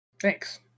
Thanks